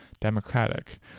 Democratic